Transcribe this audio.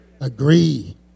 Agree